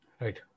Right